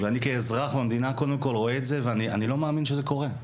ואני כאזרח במדינה קודם כל רואה את זה ואני לא מאמין שזה קורה.